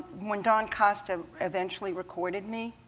when don costa eventually recorded me,